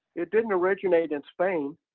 it didn't originate in spain.